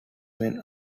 men